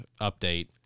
update